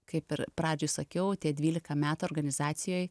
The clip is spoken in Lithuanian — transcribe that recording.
kaip ir pradžioj sakiau tie dvylika metų organizacijoj